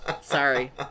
Sorry